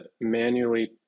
manually